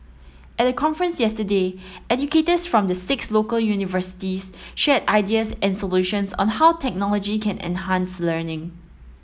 at the conference yesterday educators from the six local universities shared ideas and solutions on how technology can enhance learning